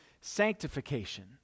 sanctification